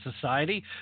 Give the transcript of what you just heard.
society